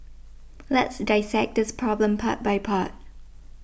let's dissect this problem part by part